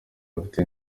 mfite